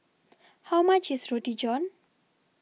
How much IS Roti John